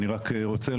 ברשותך.